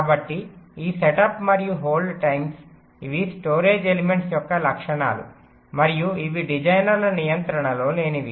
కాబట్టి ఈ సెటప్ మరియు హోల్డ్ టైమ్స్ ఇవి స్టోరేజ్ ఎలిమెంట్స్ యొక్క లక్షణాలు మరియు ఇవి డిజైనర్ల నియంత్రణలో లేనివి